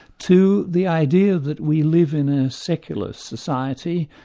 to the idea that we live in a secular society,